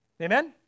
Amen